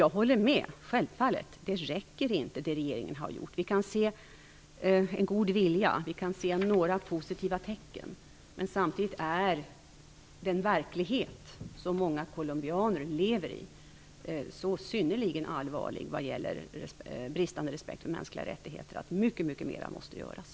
Jag håller självfallet med om att det inte räcker med det som regeringen har gjort. Vi kan se en god vilja och några positiva tecken. Men samtidigt är den verklighet som många colombianer lever i så synnerligen allvarlig vad bristande respekt för mänskliga rättigheter att mycket mer måste göras.